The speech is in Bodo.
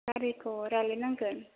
गारिखौ रायलायनांगोन